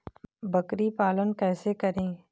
बकरी पालन कैसे करें?